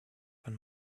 von